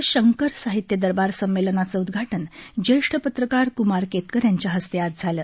नांदेड इथं शंकर साहित्य दरबार सम्मेलनाचं उदघाटन ज्येष्ठ पत्रकार क्मार केतकर यांच्या हस्ते आज झालं